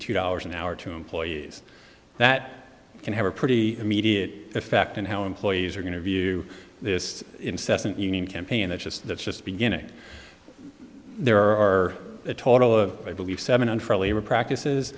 two dollars an hour to employees that can have a pretty immediate effect and how employees are going to view this incessant union campaign that's just that's just beginning there are a total of i believe seven for labor practices